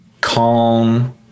calm